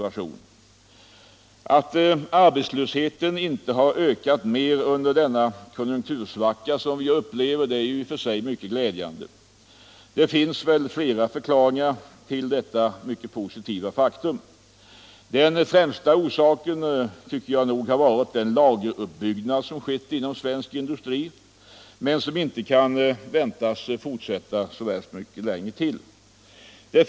Att arbetslösheten inte har ökat mer under den konjunktursvacka som vi upplever är i och för sig mycket glädjande. Det finns väl flera förklaringar till detta mycket positiva faktum. Den främsta orsaken tycker jag nog har varit den lageruppbyggnad som skett inom svensk industri men som inte kan väntas fortsätta så värst mycket längre.